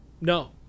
no